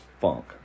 funk